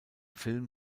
film